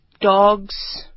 dogs